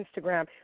Instagram